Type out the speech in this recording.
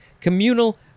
Communal